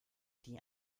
die